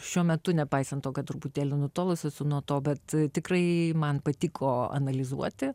šiuo metu nepaisant to kad truputėlį nutolus nuo to bet tikrai man patiko analizuoti